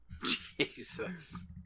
Jesus